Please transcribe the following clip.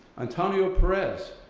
antonio perez,